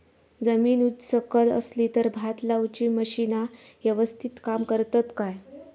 जमीन उच सकल असली तर भात लाऊची मशीना यवस्तीत काम करतत काय?